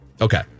Okay